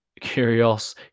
curious